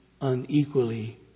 unequally